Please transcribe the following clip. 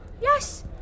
Yes